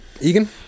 Egan